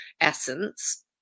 essence